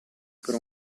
per